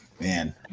man